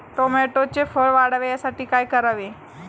टोमॅटोचे फळ वाढावे यासाठी काय करावे?